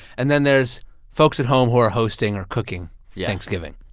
and then there's folks at home who are hosting or cooking yeah thanksgiving.